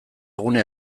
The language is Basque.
gune